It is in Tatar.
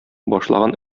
башлаган